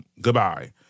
goodbye